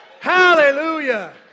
Hallelujah